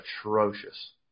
atrocious